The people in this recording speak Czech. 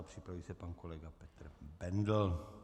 Připraví se pan kolega Petr Bendl.